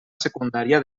secundària